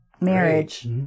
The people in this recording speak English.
marriage